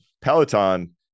Peloton